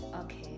okay